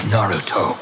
Naruto